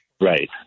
Right